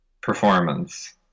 performance